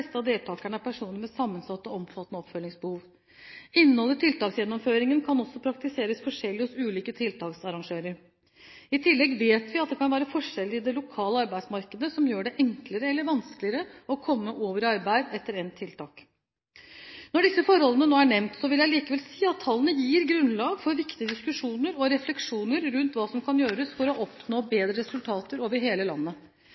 av deltakerne er personer med sammensatte og omfattende oppfølgingsbehov. Innholdet i tiltaksgjennomføringen kan også praktiseres forskjellig hos ulike tiltaksarrangører. I tillegg vet vi at det kan være forskjeller i det lokale arbeidsmarkedet, som gjør det enklere eller vanskeligere å komme over i arbeid etter endt tiltak. Når disse forbeholdene nå er nevnt, vil jeg likevel si at tallene gir grunnlag for viktige diskusjoner og refleksjoner rundt hva som kan gjøres for å oppnå bedre resultater over hele landet.